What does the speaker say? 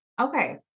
Okay